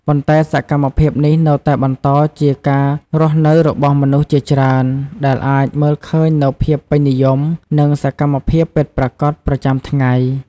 ប៉ុន្តែសកម្មភាពនេះនៅតែបន្តជាការរស់នៅរបស់មនុស្សជាច្រើន ដែលអាចមើលឃើញនូវភាពពេញនិយម និងសកម្មភាពពិតប្រាកដប្រចាំថ្ងៃ។